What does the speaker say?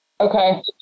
Okay